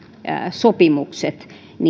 sopimukset